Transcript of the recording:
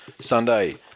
Sunday